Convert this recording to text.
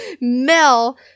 Mel